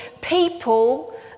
people